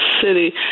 city